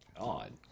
God